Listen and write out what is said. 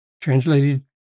translated